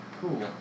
Cool